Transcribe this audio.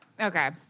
Okay